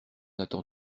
attend